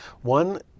One